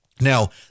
Now